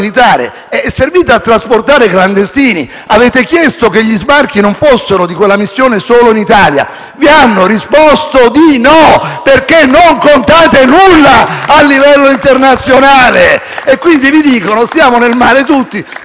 è servita a trasportare clandestini. Avete chiesto che gli sbarchi di quella missione non fossero solo in Italia. Vi hanno risposto di no perché non contate nulla a livello internazionale e quindi vi dicono «stiamo tutti